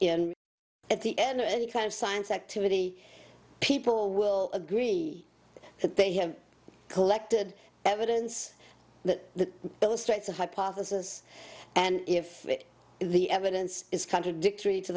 in at the end of any kind of science activity people will agree that they have collected evidence that illustrates a hypothesis and if the evidence is contradictory to